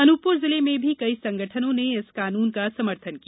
अनूपपुर जिले में भी कई संगठनों ने इस काननू का समर्थन किया